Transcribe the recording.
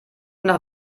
nach